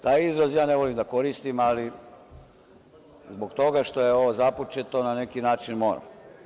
Taj izraz ja ne volim da koristim, ali zbog toga što je ovo započeto na neki način moram.